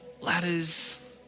ladders